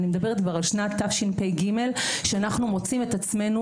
אני מדברת על תשפ"ג שאנחנו מוצאים את עצמנו